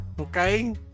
Okay